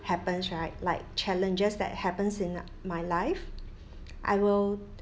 happens right like challenges that happens in my life I will